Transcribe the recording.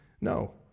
No